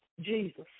Jesus